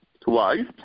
twice